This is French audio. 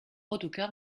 autocar